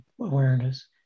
awareness